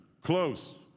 close